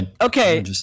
Okay